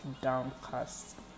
downcast